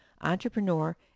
entrepreneur